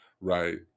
right